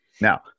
Now